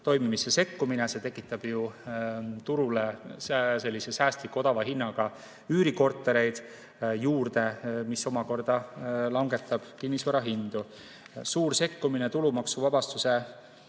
toimimisse sekkumine, see tekitab ju turule selliseid säästlikke, odava hinnaga üürikortereid juurde, mis omakorda langetab kinnisvarahindu. Suur sekkumine – tulumaksuvabastus